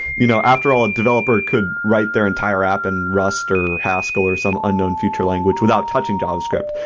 you know after all, a developer could write their entire app in rust or haskell or some unknown future language without touching javascript.